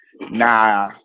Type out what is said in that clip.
nah